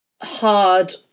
hard